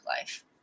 life